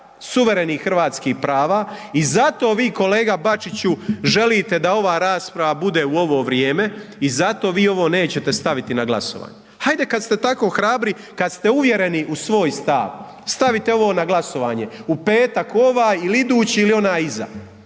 suverenih hrvatskih prava i zato vi, kolega Bačiću, želite da ova rasprava bude u ovo vrijeme i zato vi ovo nećete staviti na glasovanje. Hajde kad ste tako hrabri, kad ste uvjereni u svoj stav, stavite ovo na glasovanje u petak, ovaj ili idući ili onaj iza.